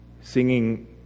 Singing